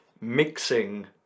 mixing